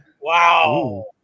Wow